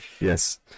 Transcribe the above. Yes